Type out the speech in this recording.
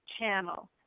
channel